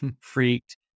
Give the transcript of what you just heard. freaked